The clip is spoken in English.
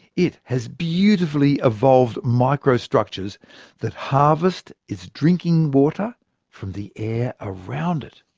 it has beautifully evolved microstructures that harvest its drinking water from the air around it.